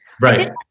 Right